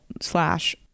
slash